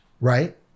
right